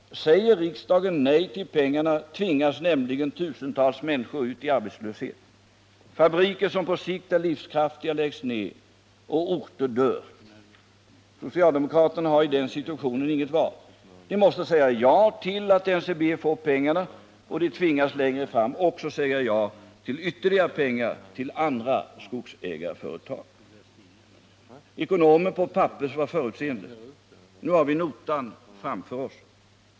Säger riksdagen nej till pengarna tvingas nämligen tusentals människor ut i arbetslöshet, fabriker som på sikt är livskraftiga läggs ned och orter dör. Socialdemokraterna har i den situationen inget val. De måste säga ja till att NCB får pengarna, och de tvingas längre fram att också säga ja till ytterligare pengar till andra skogsägarföretag.” Ekonomen på Pappers var förutseende. Nu har vi notan framför oss.